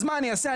אז מה אני אעשה?